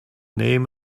name